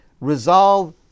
Resolve